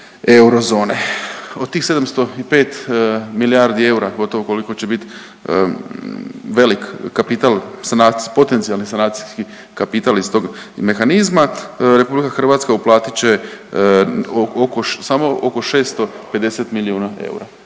eurozone. Od tih 705 milijardi eura gotovo koliko će biti velik kapital, potencijalni sanacijski kapital iz tog mehanizma. Republika Hrvatska uplatit će oko, samo oko 650 milijuna eura,